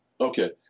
Okay